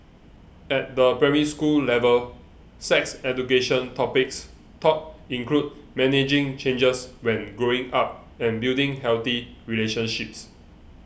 at the Primary School level sex education topics taught include managing changes when growing up and building healthy relationships